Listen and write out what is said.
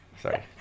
Sorry